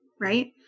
Right